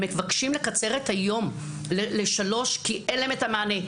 הם מבקשים לקצר את היום ל-15:00 כי אין להם את המענה,